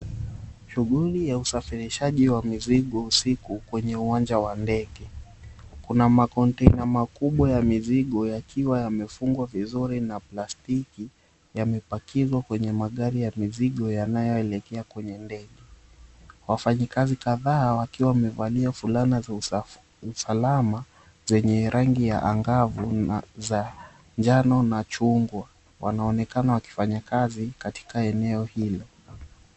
Shughuli ya usafirishaji wa mizigo usiku kwenye uwanja wa ndege. Kuna makontena makubwa ya mizigo yakiwa yamefungwa vuzuri na plastiki yamepakizwa kwenye magari ya mizigo yanayoelekea kwenye ndege. Wafanyikazi kadhaa wakiwa wamevalia fulana za usalama zenye rangi ya angavu na za njano na chungwa wanaonekana wakifanya kazi katika eneo hilo.